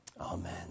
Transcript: Amen